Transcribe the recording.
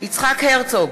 יצחק הרצוג,